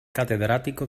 catedrático